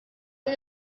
did